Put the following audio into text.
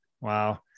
wow